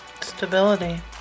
Stability